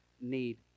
need